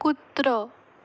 कुत्रो